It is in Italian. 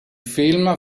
film